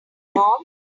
mom